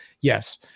Yes